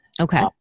Okay